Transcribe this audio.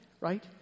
right